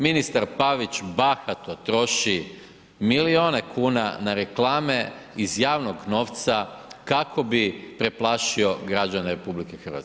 Ministar Pavić bahato troši milijune kuna na reklame iz javnog novca kako bi preplašio građane RH.